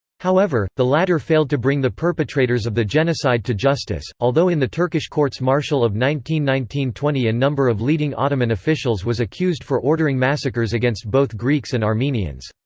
however, the latter failed to bring the perpetrators of the genocide to justice, although in the turkish courts-martial of nineteen nineteen twenty a number of leading ottoman officials was accused for ordering massacres against both greeks and armenians.